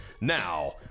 Now